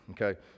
Okay